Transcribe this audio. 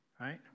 right